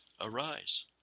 Arise